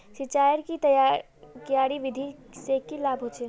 सिंचाईर की क्यारी विधि से की लाभ होचे?